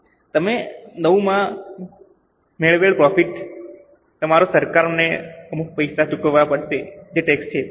તેથી તમે IX માં મેળવેલ પ્રોફિટ પર તમારે સરકારને અમુક પૈસા ચૂકવવા પડશે જે ટેક્સ છે